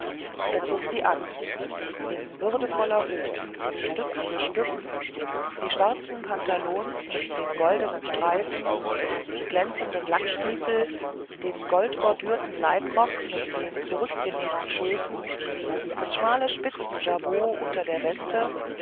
er zog sie an in würdevoller ruhe stück für stück die schwarzen pantalons mit den goldenen streifen die glänzenden lackstiefel den goldbordürten leibrock mit den zurückgenähten schößen das schmale spitzenjabot unter der weste